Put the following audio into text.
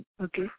okay